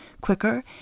quicker